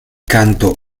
canto